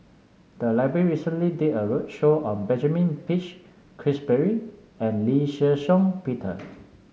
the library recently did a roadshow on Benjamin Peach Keasberry and Lee Shih Shiong Peter